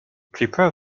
prepare